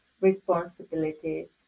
responsibilities